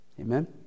Amen